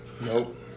Nope